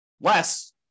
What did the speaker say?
Less